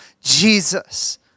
Jesus